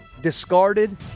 discarded